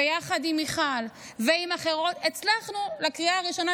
ויחד עם מיכל ועם אחרות הצלחנו לקריאה הראשונה,